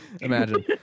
Imagine